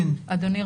אדוני,